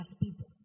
people